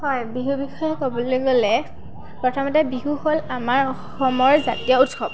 হয় বিহু বিষয়ে ক'বলৈ গ'লে প্ৰথমতে বিহু হ'ল আমাৰ অসমৰ জাতীয় উৎসৱ